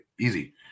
Easy